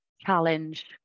challenge